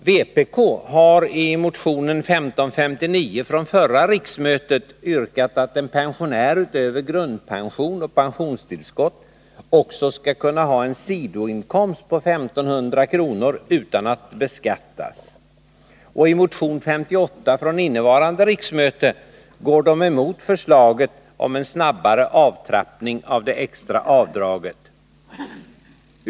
Vpk har i motion 1559 från förra riksmötet yrkat att en pensionär utöver grundpension och pensionstillskott också skall kunna ha en sidoinkomst på 1500 kr. utan att beskattas, och i motion 58 från innevarande riksmöte går vpk emot förslaget om en snabbare avtrappning av det extra avdraget.